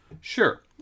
Sure